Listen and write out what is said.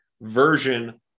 version